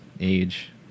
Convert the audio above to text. age